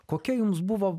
kokia jums buvo